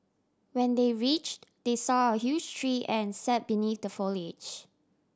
when they reached they saw a huge tree and sat beneath the foliage